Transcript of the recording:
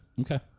Okay